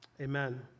amen